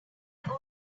allow